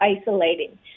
isolating